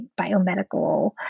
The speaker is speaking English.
biomedical